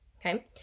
Okay